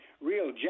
real